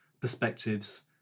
perspectives